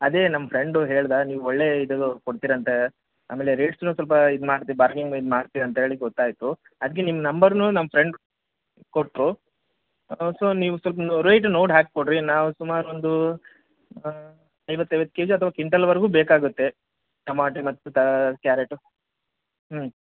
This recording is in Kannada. ಅದೇ ನಮ್ಮ ಫ್ರೆಂಡು ಹೇಳಿದ ನೀವು ಒಳ್ಳೆ ಇದು ಕೊಡ್ತೀರಾ ಅಂತ ಆಮೇಲೆ ರೇಟ್ಸ್ನು ಸ್ವಲ್ಪ ಇದು ಮಾಡ್ತೀರ ಬಾರ್ಗಿಂಗ್ ಇದು ಮಾಡ್ತೀರ ಅಂತೇಳಿ ಗೊತ್ತಾಯಿತು ಅದಕ್ಕೆ ನಿಮ್ಮ ನಂಬರ್ನು ನಮ್ಮ ಫ್ರೆಂಡ್ ಕೊಟ್ಟರು ಸೊ ನೀವು ಸ್ವಲ್ಪ ರೇಟ್ ನೋಡಿ ಹಾಕಿ ಕೊಡಿರಿ ನಾವು ಸುಮಾರು ಒಂದು ಐವತ್ತು ಐವತ್ತು ಕೆ ಜಿ ಅಥ್ವಾ ಕಿಂಟಾಲ್ವರೆಗು ಬೇಕಾಗುತ್ತೆ ಟಮಾಟ ಮತ್ತೆ ಕ್ಯಾರೆಟು ಹ್ಞೂ